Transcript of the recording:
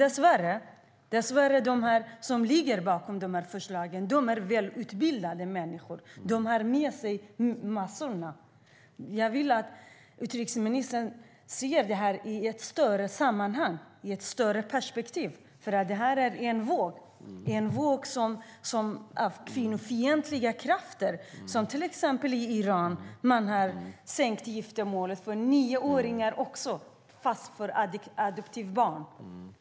Dess värre är det välutbildade människor som ligger bakom dessa förslag. De har massorna med sig. Jag vill att utrikesministern ser detta i ett större sammanhang och i ett större perspektiv. Detta är en våg - en våg av kvinnofientliga krafter. I Iran har man till exempel också sänkt giftermålsåldern till att gälla nioåringar, fast för adoptivbarn.